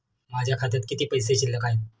माझ्या खात्यात किती पैसे शिल्लक आहेत?